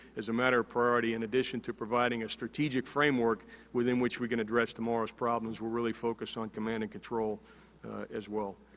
as a matter of priority, in addition to providing a strategic framework within which we can address tomorrow's problems, we're really focused on command and control as well.